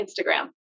Instagram